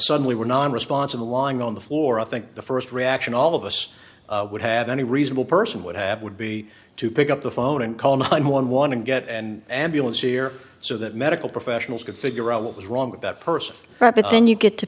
suddenly were non responsive along on the floor i think the first reaction all of us would have any reasonable person would have would be to pick up the phone and call nine one one and get and ambulance here so that medical professionals could figure out what was wrong with that person but then you get to